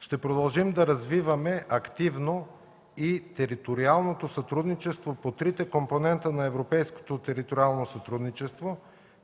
Ще продължим да развиваме активно и териториалното сътрудничество по трите компонента на европейското териториално сътрудничество,